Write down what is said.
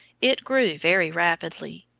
it grew very rapidly.